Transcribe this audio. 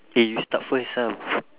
eh you start first lah